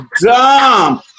dumb